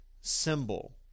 symbol